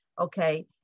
okay